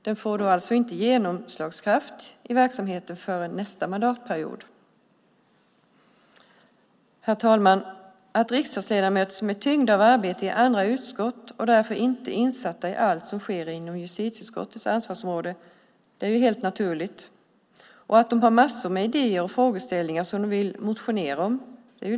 Det får alltså inte genomslagskraft i verksamheten förrän under nästa mandatperiod. Herr talman! Att riksdagsledamöter är tyngda av arbete i andra utskott och därför inte insatta i allt som sker inom justitieutskottets ansvarsområde är helt naturligt. Det är därför självklart att de har massor av idéer och frågeställningar som de vill motionera om.